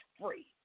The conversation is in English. free